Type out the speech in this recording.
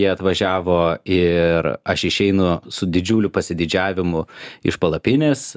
jie atvažiavo ir aš išeinu su didžiuliu pasididžiavimu iš palapinės